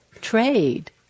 trade